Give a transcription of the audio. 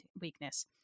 weakness